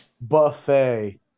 buffet